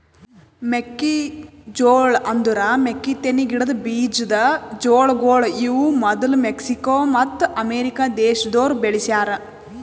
ಮೆಕ್ಕಿ ಜೋಳ ಅಂದುರ್ ಮೆಕ್ಕಿತೆನಿ ಗಿಡದ್ ಬೀಜದ್ ಜೋಳಗೊಳ್ ಇವು ಮದುಲ್ ಮೆಕ್ಸಿಕೋ ಮತ್ತ ಅಮೇರಿಕ ದೇಶದೋರ್ ಬೆಳಿಸ್ಯಾ ರ